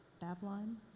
Babylon